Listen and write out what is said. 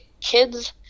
kids